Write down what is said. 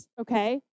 okay